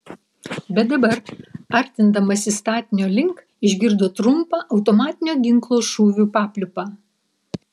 bet dabar artindamasi statinio link išgirdo trumpą automatinio ginklo šūvių papliūpą